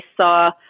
saw